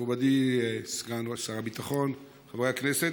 מכובדי סגן שר הביטחון, חברי הכנסת,